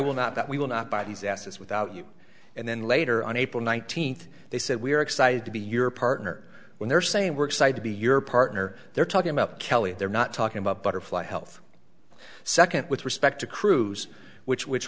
will not that we will not buy these assets without you and then later on april nineteenth they said we're excited to be your partner when they're saying we're excited to be your partner they're talking about kelly they're not talking about butterfly health second with respect to cruise which which